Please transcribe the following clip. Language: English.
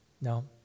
No